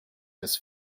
this